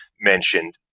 mentioned